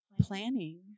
planning